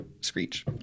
screech